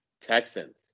Texans